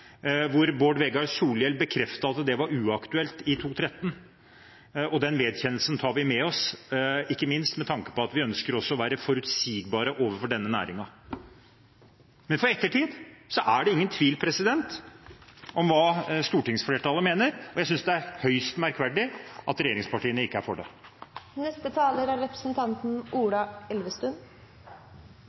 Bård Vegar Solhjell bekreftet at det var uaktuelt i 2013. Den vedkjennelsen tar vi med oss, ikke minst med tanke på at vi ønsker å være forutsigbare overfor denne næringen. Men i ettertid er det ingen tvil om hva stortingsflertallet mener, og jeg synes det er høyst merkverdig at regjeringspartiene ikke er for det. Representanten Ola Elvestuen